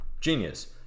Genius